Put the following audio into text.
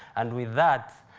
and with that,